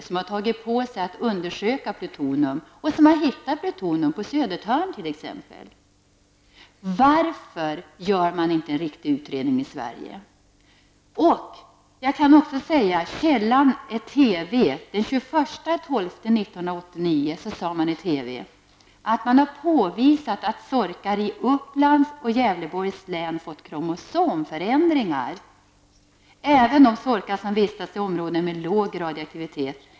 De har tagit på sig att undersöka plutonium, och de har också hittat plutonium, t.ex. på Södertörn. Varför gör man inte en riktig utredning i Sverige? Jag kan också berätta följande, källan är TV. Den 21 december 1989 sade man i TV att det har påvisats att sorkar i Uppland och i Gävleborgs län har fått kromosomförändringar. Det gäller även de sorkar som har vistats i områden med en låg radioaktivitet.